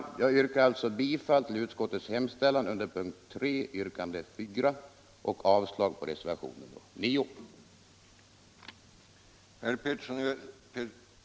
Jag yrkar alltså bifall till utskottets hemställan under punkten 3 mom. 3 och avslag på reservationen 9.